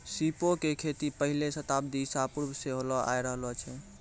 सीपो के खेती पहिले शताब्दी ईसा पूर्वो से होलो आय रहलो छै